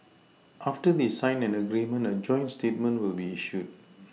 after they sign an agreement a joint statement will be issued